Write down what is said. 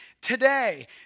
today